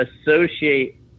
associate